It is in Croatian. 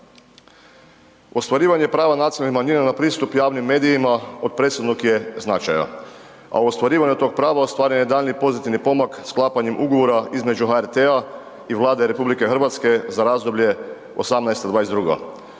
Ostvarivanje prava nacionalnih manjina na pristup javnim medijima od presudnog je značaja a ostvarivanje tog prava ostvaren je daljnji i pozitivni pomak sklapanjem ugovora između HRT-a i Vlade RH za razdoblje 2018.-2022.